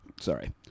Sorry